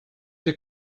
they